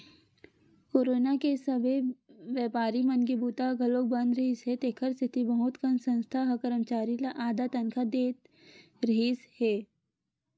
corona के समे बेपारी मन के बूता ह घलोक बंद रिहिस हे तेखर सेती बहुत कन संस्था ह करमचारी ल आधा तनखा दे रिहिस हे